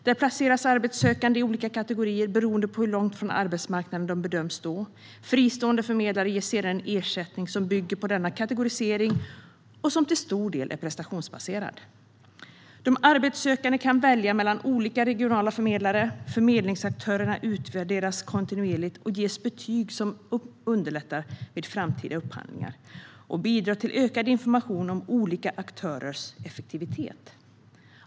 Där placeras arbetssökande i olika kategorier, beroende på hur långt från arbetsmarknaden de bedöms stå. Fristående förmedlare ges sedan en ersättning, som bygger på denna kategorisering och som till stor del är prestationsbaserad. De arbetssökande kan välja mellan olika regionala förmedlare. Förmedlingsaktörerna utvärderas kontinuerligt och ges betyg som underlättar vid framtida upphandlingar och bidrar till ökad information om olika aktörers effektivitet.